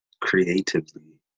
creatively